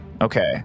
Okay